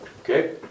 Okay